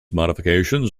modifications